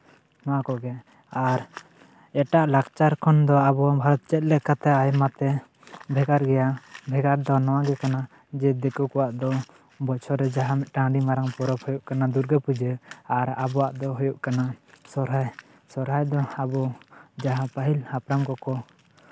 ᱱᱚᱣᱟ ᱠᱚᱜᱮ ᱟᱨ ᱮᱴᱟᱜ ᱞᱟᱠᱪᱟᱨ ᱠᱷᱚᱱ ᱫᱚ ᱟᱵᱚ ᱵᱷᱟᱨᱚᱛ ᱪᱮᱫ ᱞᱮᱠᱟᱛᱮ ᱟᱭᱢᱟᱛᱮ ᱵᱷᱮᱜᱟᱨ ᱜᱮᱭᱟ ᱵᱷᱮᱜᱟᱨ ᱫᱚ ᱱᱚᱣᱟᱜᱮ ᱠᱟᱱᱟ ᱡᱮ ᱫᱤᱠᱩ ᱠᱚᱣᱟᱜ ᱫᱚ ᱵᱚᱪᱷᱚᱨ ᱨᱮ ᱡᱟᱦᱟᱸ ᱢᱤᱫᱴᱟᱝ ᱟᱹᱰᱤ ᱢᱟᱨᱟᱝ ᱯᱚᱨᱚᱵ ᱦᱩᱭᱩᱜ ᱠᱟᱱᱟ ᱫᱩᱨᱜᱟᱹ ᱯᱩᱡᱟᱹ ᱟᱨ ᱟᱵᱚᱣᱟᱜ ᱫᱚ ᱦᱩᱭᱩᱜ ᱠᱟᱱᱟ ᱥᱚᱦᱨᱟᱭ ᱥᱚᱦᱨᱟᱭ ᱫᱚ ᱟᱵᱚ ᱡᱟᱦᱟᱸ ᱯᱟᱹᱦᱤᱞ ᱦᱟᱯᱲᱟᱢ ᱠᱚᱠᱚ